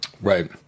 Right